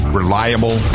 reliable